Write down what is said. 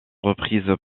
reprises